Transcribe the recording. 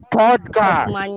podcast